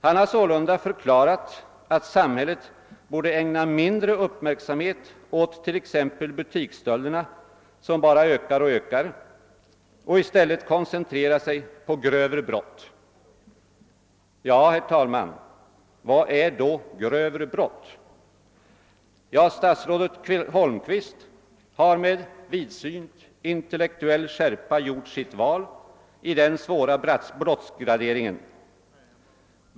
Han har sålunda förklarat att samhället borde ägna mindre uppmärksamhet åt t.ex. butikstölderna, som bara ökar och ökar, och i stället koncentrera sig på grövre brott. Ja, herr talman, vad är då grövre brott? Statsrådet Holmqvist har med vidsynt intellektuell skärpa gjort sitt val i den svåra brottsgraderingen.